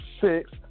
six